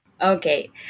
Okay